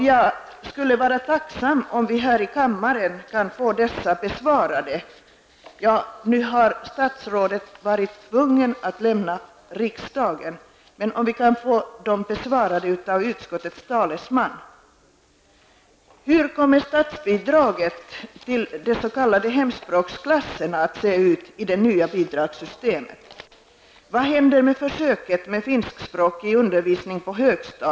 Jag vore tacksam om vi här i kammaren kan få dessa besvarade. Nu har statsrådet varit tvungen att lämna riksdagen, men vi kanske kan få svar av utskottets talesman. hemspråksklasserna att se ut i det nya bidragssystemet?